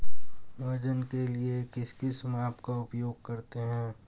वजन के लिए किस माप का उपयोग करते हैं?